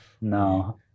no